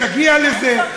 נגיע לזה.